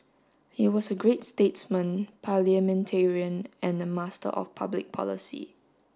he was a great statesman parliamentarian and a master of public policy